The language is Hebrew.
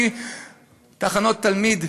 תחנות תלמיד,